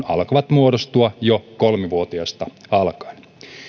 alkavat muodostua jo kolmivuotiaasta alkaen